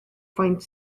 faint